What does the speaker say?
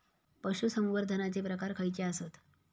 पशुसंवर्धनाचे प्रकार खयचे आसत?